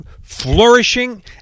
flourishing